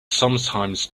sometimes